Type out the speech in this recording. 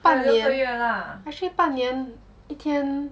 半年 actually 半年一天